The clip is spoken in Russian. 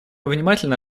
внимательно